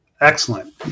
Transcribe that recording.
Excellent